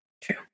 True